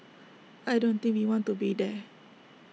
I don't think we want to be there